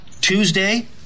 Tuesday